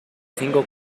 cinco